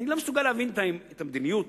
אני לא מסוגל להבין את המדיניות